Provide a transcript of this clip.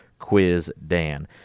quizdan